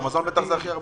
במזון זה בטח הכי הרבה.